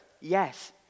Yes